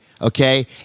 Okay